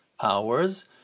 powers